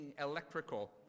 electrical